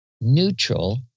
neutral